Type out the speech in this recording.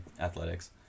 athletics